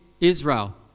Israel